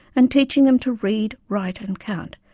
and teaching them to read, write and count.